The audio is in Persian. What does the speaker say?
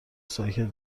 ساکت